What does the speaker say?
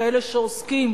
כאלה שעוסקים